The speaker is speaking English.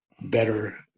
better